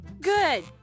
Good